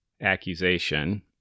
accusation